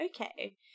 okay